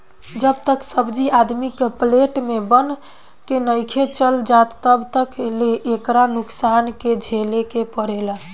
जब तक सब्जी आदमी के प्लेट में बन के नइखे चल जात तब तक ले एकरा नुकसान के झेले के पड़ेला